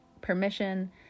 permission